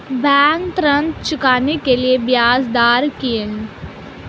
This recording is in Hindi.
बैंक ऋण चुकाने के लिए ब्याज दर क्या है?